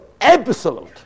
absolute